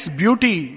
beauty